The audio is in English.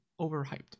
overhyped